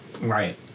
right